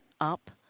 Up